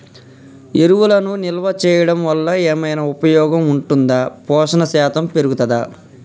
ఎరువులను నిల్వ చేయడం వల్ల ఏమైనా ఉపయోగం ఉంటుందా పోషణ శాతం పెరుగుతదా?